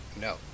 no